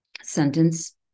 sentence